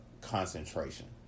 concentration